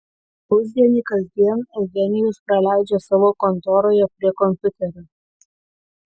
pusdienį kasdien eugenijus praleidžia savo kontoroje prie kompiuterio